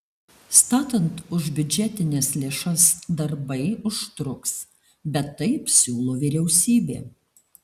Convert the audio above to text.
statant už biudžetines lėšas darbai užtruks bet taip siūlo vyriausybė